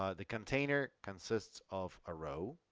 ah the container consists of a row.